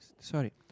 Sorry